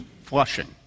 Flushing